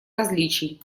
различий